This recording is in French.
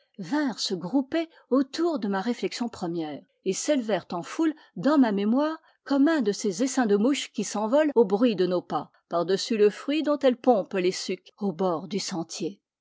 vinrent se grouper autour de ma réflexion première et s'élevèrent en foule dans ma mémoire comme un de ces essaims de mouches qui s'envolent au bruit de nos pas de dessus le fruit dont elles pompent les sucs au bord du sentier